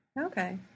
Okay